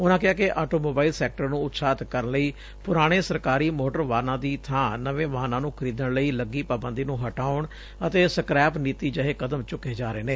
ਉਨੂਂ ਕਿਹਾ ਕਿ ਆਟੋਮੋਬਾਇਲ ਸੈਕਟਰ ਨੂੰ ਉਤਸ਼ਾਹਤ ਕਰਨ ਲਈ ਪੁਰਾਣੇ ਸਰਕਾਰੀ ਮੋਟਰ ਵਾਹਨਾਂ ਦੀ ਬਾਂ ਨਵੇਂ ਵਾਹਨਾਂ ਨੂੰ ਖਰੀਦਣ ਲਈ ਲੱਗੀ ਪਾਬੰਦੀ ਨੂੰ ਹਟਾਉਣ ਅਤੇ ਸਕਰੈਪ ਨੀਡੀ ਜਹੇ ਕਦਮ ਚੂੱਕੇ ਜਾ ਰਹੇ ਨੇ